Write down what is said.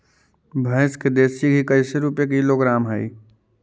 भैंस के देसी घी कैसे रूपये किलोग्राम हई?